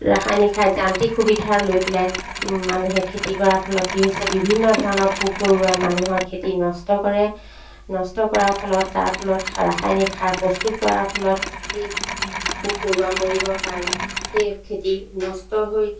ৰাসায়নিক সাৰ যান্ত্ৰিক সুবিধা লৈ পেলাই মানুহে খেতি কৰাৰ ফলত কি হৈছে বিভিন্ন ধৰণৰ পোক পৰুৱাই মানুহৰ খেতি নষ্ট কৰে নষ্ট কৰাৰ ফলত তাৰ ফলত ৰাসায়নিক সাৰ প্ৰস্তুত কৰাৰ ফলত সেই পোক পৰুৱা মৰিবৰ কাৰণে সেই খেতি নষ্ট হৈ